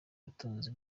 ubutunzi